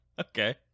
Okay